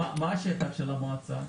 מה שטח המועצה?